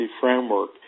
Framework